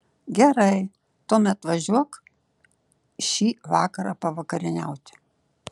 gerai tuomet atvažiuok šį vakarą pavakarieniauti